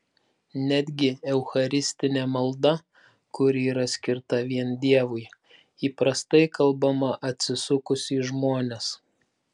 netgi eucharistinė malda kuri yra skirta vien dievui įprastai kalbama atsisukus į žmones